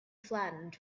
flattened